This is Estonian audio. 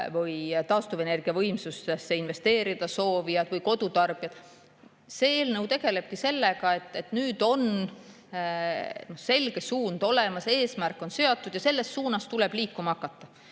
need taastuvenergiavõimsustesse investeerida soovijad või kodutarbijad – see eelnõu tegelebki sellega, et nüüd on selge suund olemas, eesmärk on seatud ja selles suunas tuleb liikuma hakata.